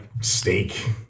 steak